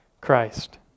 Christ